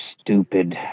stupid